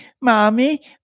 mommy